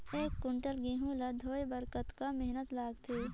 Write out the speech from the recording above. एक कुंटल गहूं ला ढोए बर कतेक मेहनत लगथे?